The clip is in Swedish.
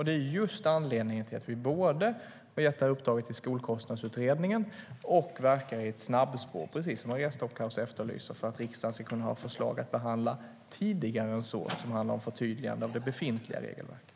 Det är just anledningen till att vi både har gett uppdraget till Skolkostnadsutredningen och verkar i ett snabbspår, precis som Maria Stockhaus efterlyser, för att riksdagen tidigare än så ska kunna ha förslag att behandla som handlar om förtydligande av det befintliga regelverket.